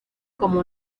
como